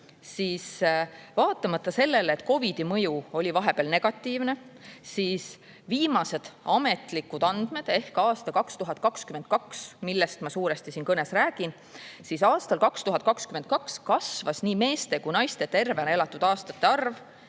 et] vaatamata sellele, et COVID‑i mõju oli vahepeal negatiivne, [näitavad] viimased ametlikud andmed aastast 2022, millest ma suuresti kõnes räägin, et aastal 2022 kasvas nii meeste kui ka naiste tervena elatud aastate arv,